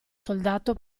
soldato